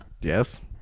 Yes